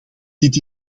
dit